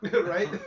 Right